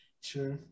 Sure